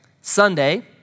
Sunday